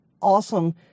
awesome